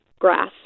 grass